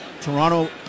Toronto